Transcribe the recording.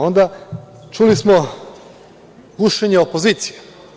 Onda čuli smo – gušenje opozicije.